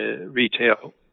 retail